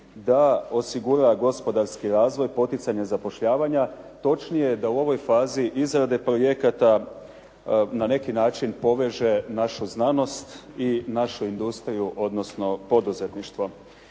da osigura gospodarski razvoj, poticanje zapošljavanja, točnije da u ovoj fazi izrade projekata na neki način poveže našu znanost i našu industriju odnosno poduzetništvo.